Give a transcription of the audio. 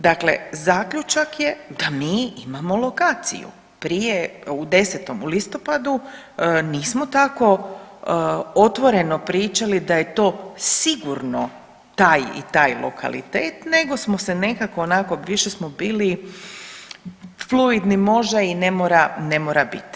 Dakle, zaključak je da mi imamo lokaciju, prije, u 10., u listopadu nismo tako otvoreno pričali da je to sigurno taj i taj lokalitet, nego smo se nekako onako više smo bili fluidni, može i ne mora bit.